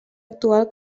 actual